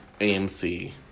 AMC